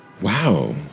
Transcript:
Wow